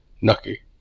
Nucky